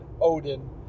Odin